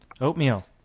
Oatmeal